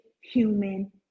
human